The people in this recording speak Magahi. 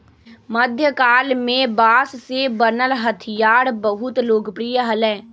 मध्यकाल में बांस से बनल हथियार बहुत लोकप्रिय हलय